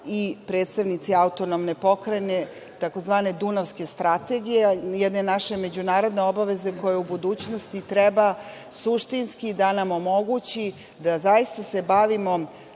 i predstavnici autonomne pokrajine tzv. Dunavske strategije, jedne naše međunarodne obaveze koja u budućnosti treba suštinski da nam omogući da se zaista bavimo